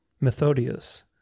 Methodius